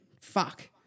Fuck